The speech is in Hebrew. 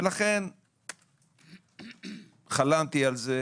לכן חלמתי על זה.